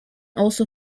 also